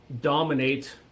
dominate